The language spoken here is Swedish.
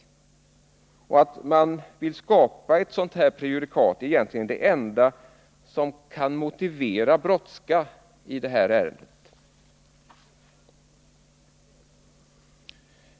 Att man vill skapa detta prejudikat är egentligen det enda som kan motivera brådska i detta ärende.